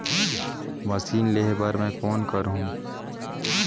Machine लेहे बर मै कौन करहूं?